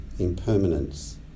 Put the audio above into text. impermanence